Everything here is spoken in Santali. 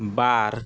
ᱵᱟᱨ